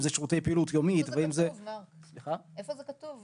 אם אלה שירותי פעילות יומית --- איפה כתוב,